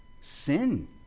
Sin